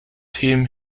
tim